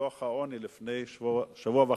דוח העוני לפני שבוע וחצי,